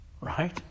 right